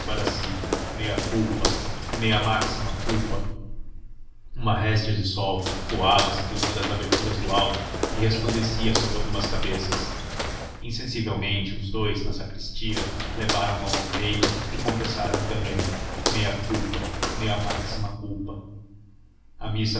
si mea culpa mea maxima culpa uma réstia de sol coava se por uma das aberturas do alto e resplandecia sobre algumas cabeças insensivelmente os dous na sacristia levaram a mão ao peito e confessaram também mea culpa mea maxima culpa a missa